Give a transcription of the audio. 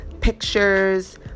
pictures